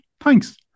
thanks